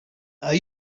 are